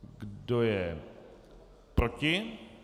Kdo je proti?